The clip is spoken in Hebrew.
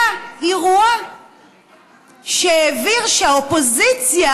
היה אירוע שהבהיר שהאופוזיציה,